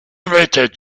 later